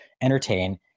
entertain